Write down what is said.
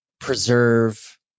preserve